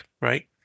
right